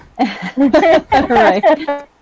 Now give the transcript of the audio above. Right